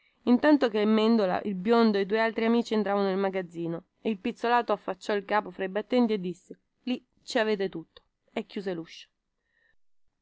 intanto che mendola il biondo e due altri amici entravano nel magazzino il pizzolato affacciò il capo fra i battenti e disse lì ci avete tutto e chiuse luscio